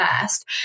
first